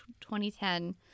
2010